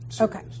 Okay